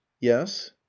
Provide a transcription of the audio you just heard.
Yes